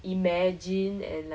I also like